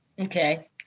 Okay